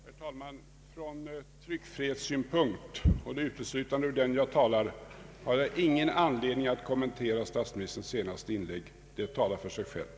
Herr talman! Ur tryckfrihetssynpunkt, och det är uteslutande ur den jag talar, har jag ingen anledning att kommentera statsministerns senaste inlägg. Det talar för sig självt.